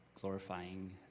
glorifying